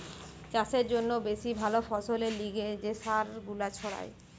চাষের জন্যে বেশি ভালো ফসলের লিগে যে সার গুলা ছড়ায়